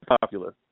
popular